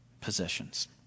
possessions